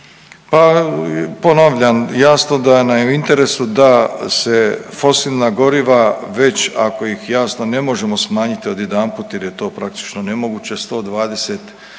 Pa ponavljam, jasno da nam je u interesu da se fosilna goriva već ako ih jasno ne možemo smanjiti odjedanput jer je to praktično nemoguće. 120